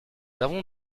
avons